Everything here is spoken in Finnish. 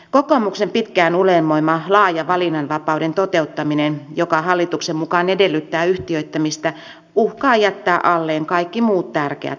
kokoomuksen pitkään unelmoima laaja valinnanvapauden toteuttaminen joka hallituksen mukaan edellyttää yhtiöittämistä uhkaa jättää alleen kaikki muut tärkeät tavoitteet